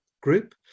group